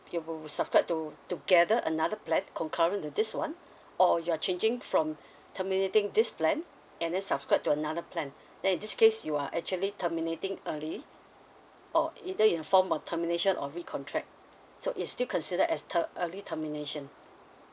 you subscribe to together another plan go current to this one or you are changing from terminating this plan and then subscribe to another plan then in this case you are actually terminating early or either in a form of termination or recontract so it still consider as the early termination